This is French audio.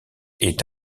est